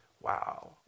wow